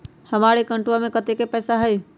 हमार अकाउंटवा में कतेइक पैसा हई?